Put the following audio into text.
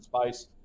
space